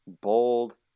bold